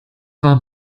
war